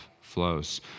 flows